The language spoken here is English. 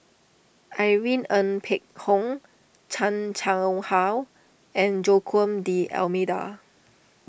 Irene Ng Phek Hoong Chan Chang How and Joaquim D'Almeida